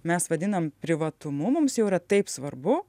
mes vadinam privatumu mums jau yra taip svarbu